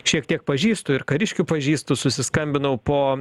šiek tiek pažįstu ir kariškių pažįstu susiskambinau po